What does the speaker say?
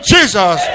Jesus